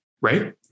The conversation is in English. right